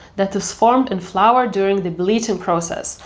that is formed in flour during the bleaching process,